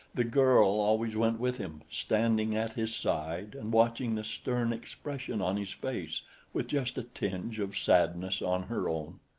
the girl always went with him, standing at his side and watching the stern expression on his face with just a tinge of sadness on her own.